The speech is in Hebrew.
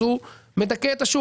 אז הוא מדכא את השוק.